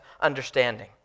understanding